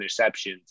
interceptions